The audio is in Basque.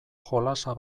jolasa